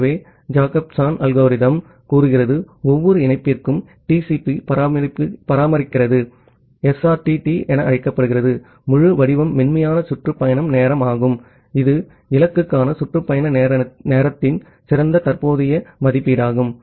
ஆகவே Jacobson algorithm கூறுகிறது ஒவ்வொரு இணைப்பிற்கும் TCP பராமரிக்கிறது SRTT என அழைக்கப்படுகிறது முழு வடிவம் மென்மையான சுற்று பயண நேரம் ஆகும் இது இலக்குக்கான சுற்று பயண நேரத்தின் சிறந்த தற்போதைய மதிப்பீடாகும்